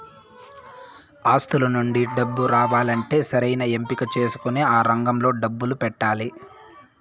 ఆస్తుల నుండి డబ్బు రావాలంటే సరైన ఎంపిక చేసుకొని ఆ రంగంలో డబ్బు పెట్టాలి